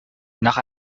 nach